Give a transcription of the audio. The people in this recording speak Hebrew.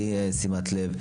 למשפחות שלא שמים אליהן לב,